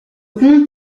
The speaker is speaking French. comte